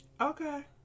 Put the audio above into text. Okay